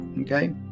Okay